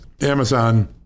Amazon